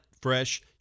fresh